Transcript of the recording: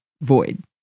void